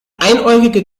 einäugige